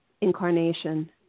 incarnation